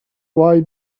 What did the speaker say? why